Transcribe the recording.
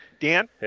Dan